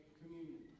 communion